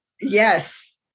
yes